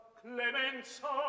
clemenza